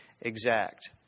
exact